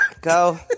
go